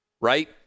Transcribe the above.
right